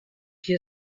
qui